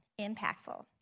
impactful